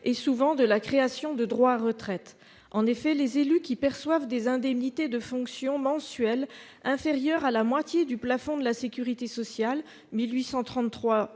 à celui de la création de droits à retraite. En effet, les élus qui perçoivent des indemnités de fonction mensuelles inférieures à la moitié du plafond de la sécurité sociale, soit 1